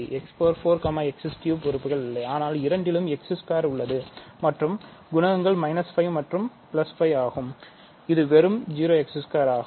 x 4 x 3 உள்ள உறுப்புகள் இல்லை ஆனால் இரண்டிலும் x 2 உள்ளது மற்றும் குணகங்கள் 5 மற்றும் 5 ஆகும் இது வெறும் 0x2 ஆகும்